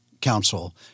council